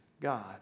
God